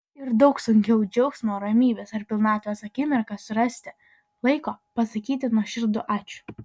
ir daug sunkiau džiaugsmo ramybės ar pilnatvės akimirką surasti laiko pasakyti nuoširdų ačiū